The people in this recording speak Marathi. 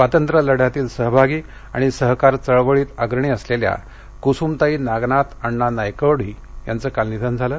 स्वातंत्र्य लद्यातील सहभागी आणि सहकार चळवळीत सक्रिय भाग घेतलेल्या कुसुमताई नागनाथ अण्णा नायकवडी यांचं काल निधन झालं